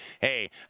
hey